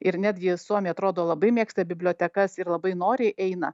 ir netgi suomiai atrodo labai mėgsta bibliotekas ir labai noriai eina